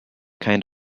kind